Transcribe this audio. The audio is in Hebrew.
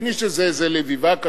קנישס זה איזה לביבה.